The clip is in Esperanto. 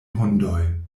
hundoj